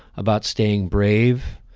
about staying brave,